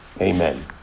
Amen